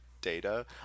data